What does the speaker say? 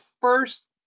first